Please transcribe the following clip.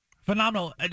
Phenomenal